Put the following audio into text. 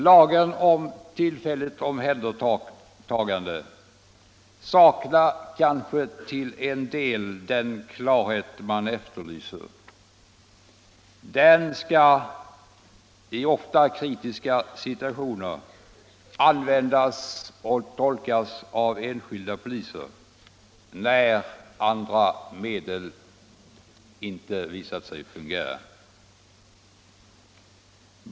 Lagen om tillfälligt omhändertagande saknar kanske till en del den klarhet man efterlyser. Den skall — ofta i kritiska situationer — tolkas och användas av enskilda poliser när andra medel visat sig inte fungera.